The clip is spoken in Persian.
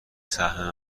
سهم